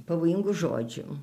pavojingų žodžių